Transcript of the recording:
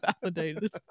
validated